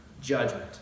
judgment